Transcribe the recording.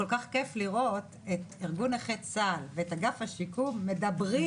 כל כך כיף לראות את ארגון נכי צה"ל ואת אגף השיקום מדברים,